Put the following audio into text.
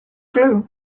clue